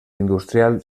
industrial